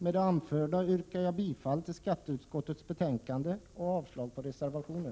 Med det anförda yrkar jag bifall till skatteutskottets hemställan och avslag på reservationen.